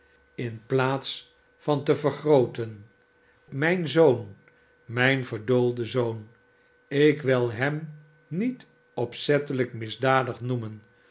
in plaats van te vergrooten mijn zoon mijn verdoolde zoon ik wil hem niet opzettelijk misdadig noemen